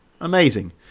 Amazing